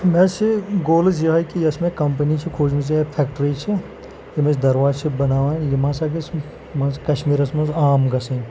مےٚ حظ چھِ گولٕز یِہٕے کہِ یۄس مےٚ کَمپٔنی چھِ کھوٗجمٕژ یا فیکٹِرٛی چھِ یِم أسۍ دَروازِ چھِ بَناوان یِم ہَسا گژھِ مان ژٕ کَشمیٖرَس منٛز عام گژھٕنۍ